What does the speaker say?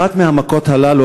אחת מהמכות הללו,